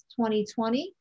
2020